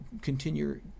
continue